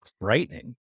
frightening